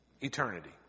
Eternity